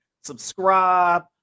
Subscribe